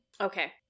Okay